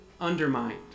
undermined